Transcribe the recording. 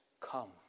come